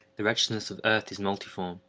the wretchedness of earth is multiform.